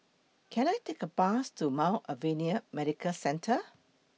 Can I Take A Bus to Mount Alvernia Medical Centre